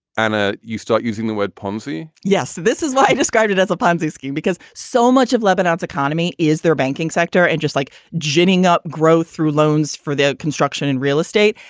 and ah you start using the word ponzi yes. this is why i described it as a ponzi scheme, because so much of lebanon's economy is their banking sector and just like ginning up growth through loans for their construction and real estate.